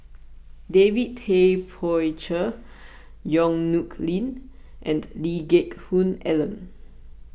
David Tay Poey Cher Yong Nyuk Lin and Lee Geck Hoon Ellen